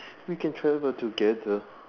we can travel together